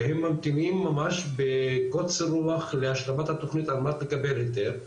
והם ממתינים ממש בקוצר רוח להשלמת התוכנית על מנת לקבל היתר,